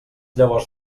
llavors